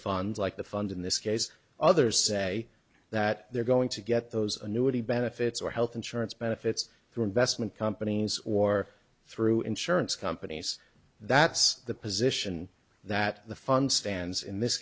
funds like the fund in this case others say that they're going to get those annuity benefits or health insurance benefits through investment companies or through insurance companies that's the position that the fund stands in this